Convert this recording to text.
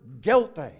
guilty